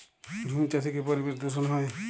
ঝুম চাষে কি পরিবেশ দূষন হয়?